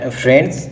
friends